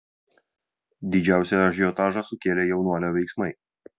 didžiausią ažiotažą sukėlė jaunuolio veiksmai